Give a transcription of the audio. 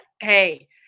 Hey